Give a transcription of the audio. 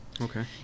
Okay